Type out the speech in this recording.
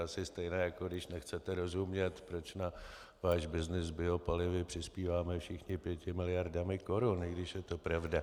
To je asi stejné, jako když nechcete rozumět, proč na váš byznys s biopalivy přispíváme všichni pěti miliardami korun, i když je to pravda.